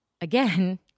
again